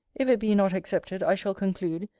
if it be not accepted, i shall conclude,